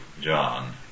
John